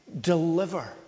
deliver